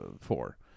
four